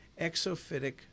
exophytic